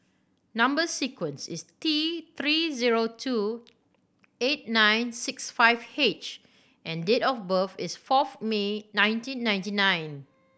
number sequence is T Three zero two eight nine six five H and date of birth is fourth May nineteen ninety nine